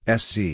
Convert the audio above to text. sc